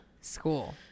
school